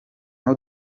aho